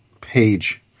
page